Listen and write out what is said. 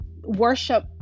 worship